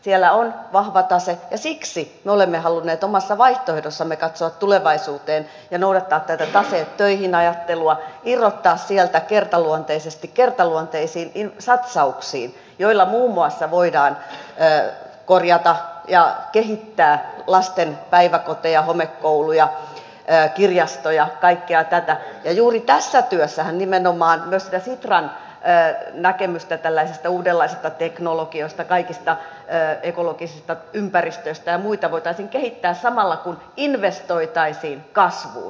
siellä on vahva tase ja siksi me olemme halunneet omassa vaihtoehdossamme katsoa tulevaisuuteen ja noudattaa tätä taseet töihin ajattelua irrottaa sieltä kertaluonteisiin satsauksiin joilla muun muassa voidaan korjata ja kehittää lasten päiväkoteja homekouluja kirjastoja kaikkea tätä ja juuri tässä työssähän nimenomaan myös sitä sitran näkemystä tällaisista uudenlaisista teknologioista kaikista ekologisista ympäristöistä ja muista voitaisiin kehittää samalla kun investoitaisiin kasvuun